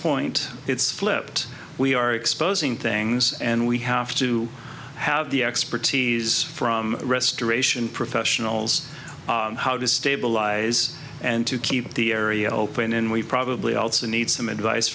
point it's flipped we are exposing things and we have to have the expertise from restoration professionals how to stabilize and to keep the area open and we probably also need some advice